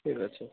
ଠିକ୍ ଅଛି